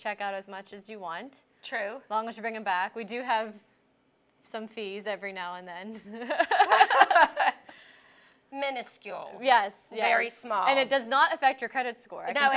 check out as much as you want true long as you bring it back we do have some fees every now and then miniscule yes very small and it does not affect your credit score